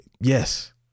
Yes